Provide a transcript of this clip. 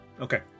okay